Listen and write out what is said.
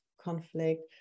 conflict